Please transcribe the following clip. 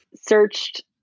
searched